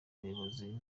abayobozi